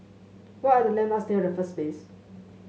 what are the landmarks near Raffles Place